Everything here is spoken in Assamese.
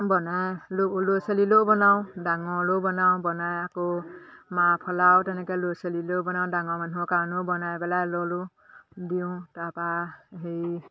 বনাই ল'ৰা ছোৱালীলেও বনাওঁ ডাঙৰলেও বনাওঁ বনাই আকৌ মাফলাও তেনেকে ল'ৰা ছোৱালীলেও বনাওঁ ডাঙৰ মানুহৰ কাৰণেও বনাই পেলাই লওঁ দিওঁ তাপা হেৰি